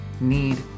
need